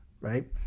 right